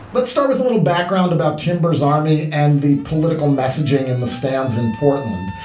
let's start with a little background about timbers army and the political messaging in the stands in portland.